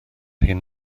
hyn